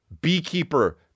Beekeeper